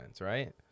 right